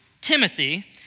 Timothy